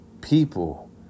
people